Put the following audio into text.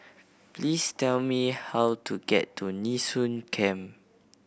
please tell me how to get to Nee Soon Camp